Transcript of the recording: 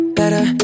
better